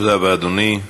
תודה רבה, אדוני.